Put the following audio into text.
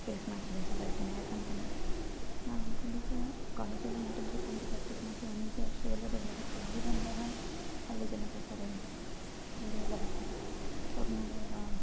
face ಮಾಡ್ತಿದೀನಿ ಸೊಸೈಟಿನ ಏಕಂತಂದ್ರೆ ನಾನು ಅಂದ್ಕೊಂಡಿದ್ದು ಕಾಲೇಜಲ್ಲಿ ಇಂಟರ್ನ್ಶಿಪ್ ಅಂತ ಪ್ರ್ಯಾಕ್ಟೀಸ್ ಮಾಡ್ತೀವಿ ಒಂದು ವರ್ಷದಲ್ಲಿ ಅದು ಬೇರೆ ಇಲ್ಲಿ ಬಂದಾಗ ಹಳ್ಳಿ ಜನ ಬರ್ತಾರೆ ಬೇರೆ ಎಲ್ಲ ಬರ್ತಾರೆ ಅವ್ರು ನೋಡುವಾಗ